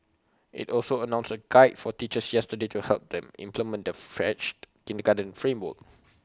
IT also announced A guide for teachers yesterday to help them implement the refreshed kindergarten framework